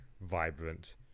vibrant